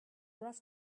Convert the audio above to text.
rough